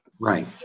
Right